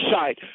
side